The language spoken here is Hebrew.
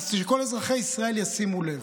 שכל אזרחי ישראל ישימו לב.